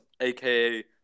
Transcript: aka